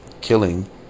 killing